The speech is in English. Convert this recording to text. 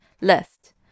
list